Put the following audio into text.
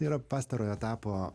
yra pastarojo etapo